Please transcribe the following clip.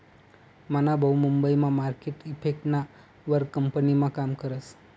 मना भाऊ मुंबई मा मार्केट इफेक्टना वर कंपनीमा काम करस